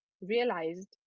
realized